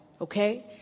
Okay